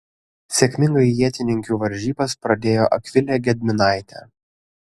sėkmingai ietininkių varžybas pradėjo akvilė gedminaitė